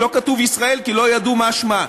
לא כתוב "ישראל" כי לא ידעו מה שמה.